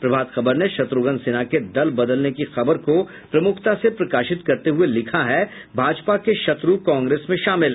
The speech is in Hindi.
प्रभात खबर ने शत्रुघ्न सिन्हा के दल बदलने की खबर को प्रमुखता से प्रकाशित करते हुये लिखा है भाजपा के शत्र् कांग्रेस में शामिल